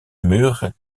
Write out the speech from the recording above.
mureș